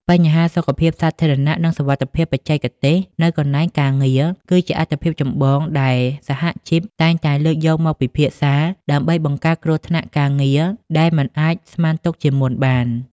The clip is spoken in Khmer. បញ្ហាសុខភាពសាធារណៈ និងសុវត្ថិភាពបច្ចេកទេសនៅកន្លែងការងារ គឺជាអាទិភាពចម្បងដែលសហជីពតែងតែលើកយកមកពិភាក្សា ដើម្បីបង្ការគ្រោះថ្នាក់ការងារដែលមិនអាចស្មានទុកជាមុនបាន។